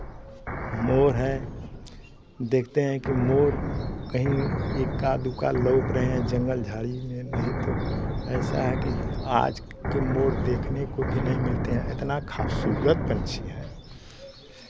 मोर है देखते हैं की मोर कहीं एक्का दुक्का लौक रहे हैं जंगल झाड़ी में नहीं तो ऐसा है कि आज के मोर देखने को भी नहीं मिलते हैं इतना खबसूरत पंछी है